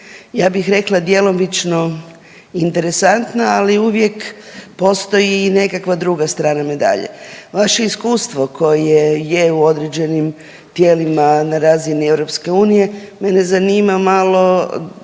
ja bih rekla djelomično interesantna ali uvijek postoji i nekakva druga strana medalje. Vaše iskustvo koje je u određenim tijelima na razini EU, mene zanima malo